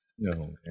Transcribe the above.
No